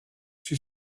she